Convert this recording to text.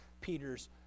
Peter's